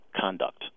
conduct